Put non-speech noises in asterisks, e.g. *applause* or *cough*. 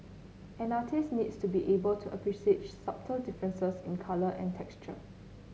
an artist needs to be able to appreciate *unintelligible* differences in colour and texture